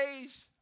days